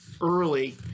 early